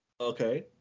Okay